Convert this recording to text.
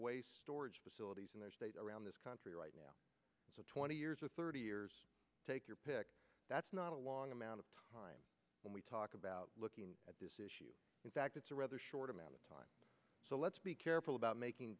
waste storage facilities in their state around this country right now twenty years or thirty years take your pick that's not a long amount of time when we talk about looking at this issue in fact it's a rather short amount of time so let's be careful about making